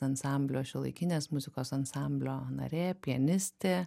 ansamblio šiuolaikinės muzikos ansamblio narė pianistė